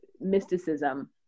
mysticism